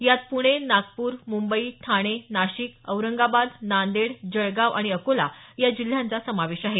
यात पुणे नागपूर मुंबई ठाणे नाशिक औरंगाबाद नांदेड जळगाव आणि अकोला या जिल्ह्यांचा समावेश आहे